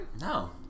No